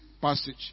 passage